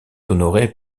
honorée